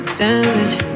damage